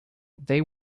they